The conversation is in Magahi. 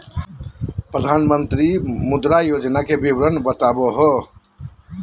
प्रधानमंत्री मुद्रा योजना के विवरण बताहु हो?